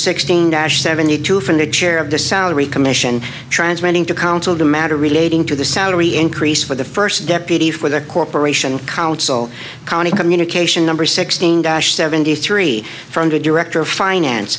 sixteen dash seventy two from the chair of the salary commission transmitting to counsel the matter relating to the salary increase for the first deputy for the corporation counsel county communication number sixteen dash seventy three for under director of finance